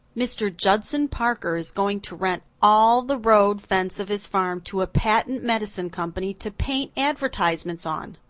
mr. judson parker is going to rent all the road fence of his farm to a patent medicine company to paint advertisements on.